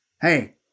hey